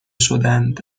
شدند